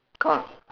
cor~